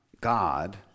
God